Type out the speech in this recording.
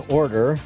order